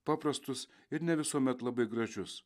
paprastus ir ne visuomet labai gražius